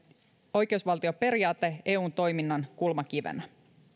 oikeusvaltioperiaate eun toiminnan kulmakivenä